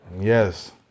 Yes